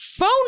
phone